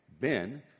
Ben